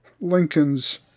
Lincoln's